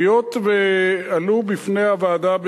היות שעלתה בפני הוועדה,